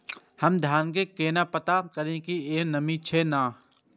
हम धान के केना पता करिए की ई में नमी छे की ने?